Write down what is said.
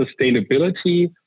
sustainability